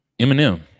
Eminem